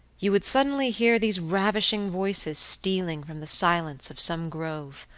you would suddenly hear these ravishing voices stealing from the silence of some grove,